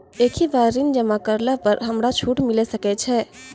एक ही बार ऋण जमा करला पर हमरा छूट मिले सकय छै?